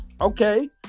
Okay